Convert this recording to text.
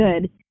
good